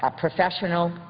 ah professional,